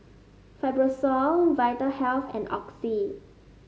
Fibrosol Vitahealth and Oxy